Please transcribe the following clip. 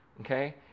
okay